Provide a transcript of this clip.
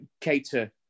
cater